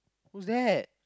who's that